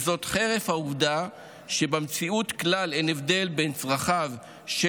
חרף העובדה שבמציאות כלל אין הבדל בין צרכיו של